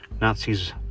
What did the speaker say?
nazis